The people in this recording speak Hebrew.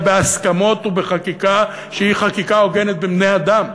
בהסכמות ובחקיקה שהיא חקיקה הוגנת בין בני-אדם.